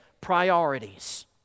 priorities